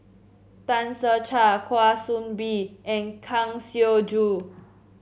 Tan Ser Cher Kwa Soon Bee and Kang Siong Joo